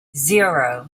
zero